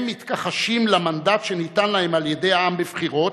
מתכחשים למנדט שניתן להם על-ידי העם בבחירות,